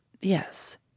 Yes